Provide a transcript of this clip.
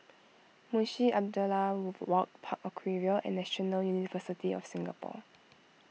Munshi Abdullah Walk Park Aquaria and National University of Singapore